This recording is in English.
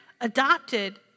adopted